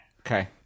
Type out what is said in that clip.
Okay